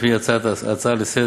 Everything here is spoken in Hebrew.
לפי הצעות לסדר-היום.